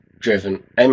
driven